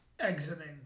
exiting